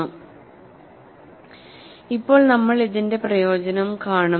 Isochromatics in Mode I ഇപ്പോൾ നമ്മൾ ഇതിന്റെ പ്രയോജനം കാണും